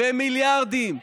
במיליארדים.